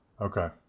Okay